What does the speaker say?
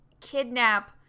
kidnap